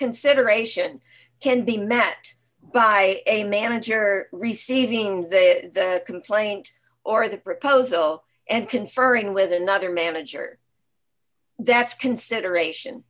consideration can be met by a manager receiving the complaint or the proposal and conferring with another manager that's consideration